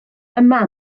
yma